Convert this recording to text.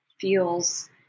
feels